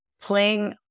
playing